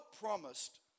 promised